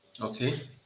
okay